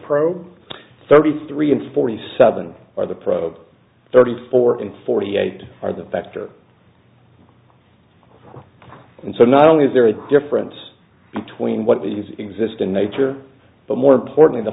approach thirty three and forty seven are the prob thirty four and forty eight are the factor and so not only is there a difference between what these exist in nature but more important the